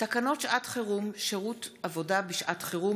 תקנות שעת חירום (שירות עבודה בשעת חירום),